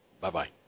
Bye-bye